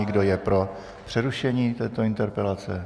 Kdo je pro přerušení této interpelace?